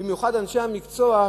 במיוחד אנשי המקצוע,